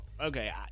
Okay